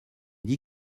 dit